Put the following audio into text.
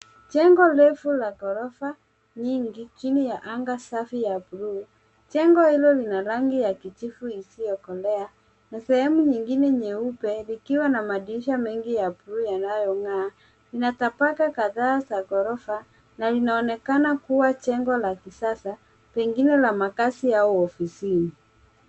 Jengo refu la ghorofa nyingi chini ya anga safi ya buluu. Jengo hilo lina rangi ya kijivu isiyokolea na sehemu nyingine nyeupe likiwa na madirisha mengi ya buluu yanayong'aa. Ina tabaka kadhaa za ghorofa na inaonekana kuwa jengo la kisasa pengine la makazi au ofisi.